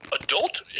adult